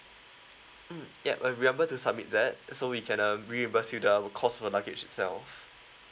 mm yup uh remember to submit that so we can um reimburse you the our cost of the luggage itself